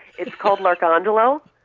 it's called l'arcangelo,